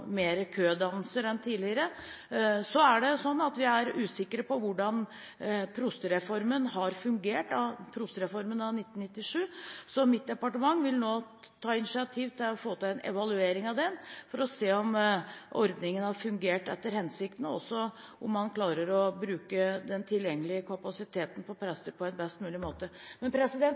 enn tidligere. Vi er usikre på hvordan prostereformen av 1997 har fungert, så mitt departement vil nå ta initiativ til å få til en evaluering av den for å se om ordningen har fungert etter hensikten, og også om man klarer å bruke den tilgjengelige kapasiteten på prester på en best mulig måte.